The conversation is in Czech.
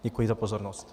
Děkuji za pozornost.